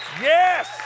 Yes